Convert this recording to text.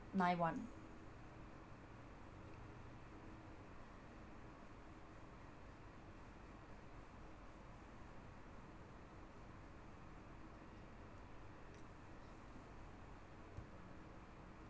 nine one